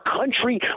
country